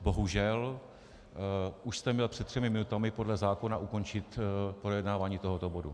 Bohužel už jste měl před třemi minutami podle zákona ukončit projednávání tohoto bodu.